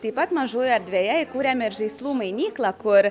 taip pat mažųjų erdvėje įkūrėme ir žaislų mainylą kur